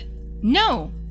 no